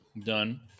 done